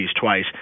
twice